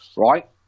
Right